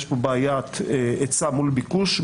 יש פה בעיית היצע מול ביקוש.